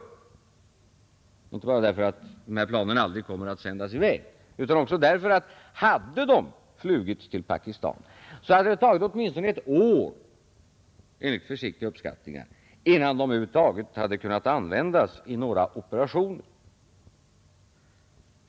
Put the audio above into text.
Det är inte bara därför att planen aldrig kommer att sändas i väg, utan också därför att hade de flugits till Pakistan, så hade det tagit åtminstone ett år, enligt försiktiga uppskattningar, innan de över huvud taget hade kunnat användas i några operationer.